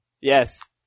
Yes